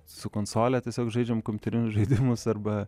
su konsole tiesiog žaidžiam kompiuterinius žaidimus arba